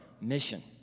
mission